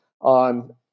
on